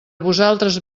vosaltres